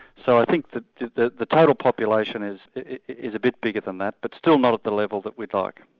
so i think that the the total population is is a bit bigger than that, but still not at the level that we'd like.